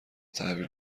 تحویل